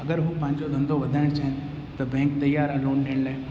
अगरि उहे पंहिंजो धंधो वधाइणु चाहिनि त बैंक तयारु आहे लोन ॾियण लाइ